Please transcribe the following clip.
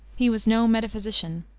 he was no metaphysician.